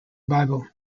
bible